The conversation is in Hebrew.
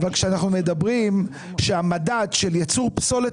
אבל כשאנחנו מדברים שהמדד של יצור פסולת